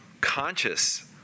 conscious